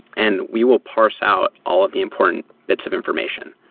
and we will parse out all of the important bits of information.